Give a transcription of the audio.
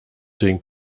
doing